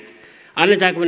annammeko